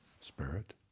Spirit